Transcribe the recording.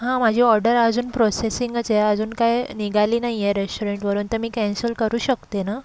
हां माझी ऑर्डर अजून प्रोसेसिंगच आहे अजून काही निघाली नाही आहे रेस्टॉरंटवरून तर मी कॅन्सल करू शकते ना